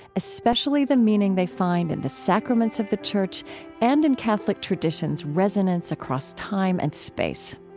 especially the meaning they find in the sacraments of the church and in catholic tradition's resonance across time and space.